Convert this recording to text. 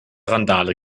randale